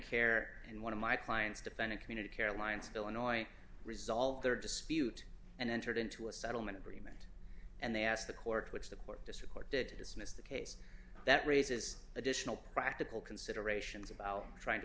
care and one of my clients defendant community caroline still annoying resolve their dispute and entered into a settlement agreement and they asked the court which the quickest recorded dismiss the case that raises additional practical considerations about trying to